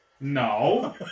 No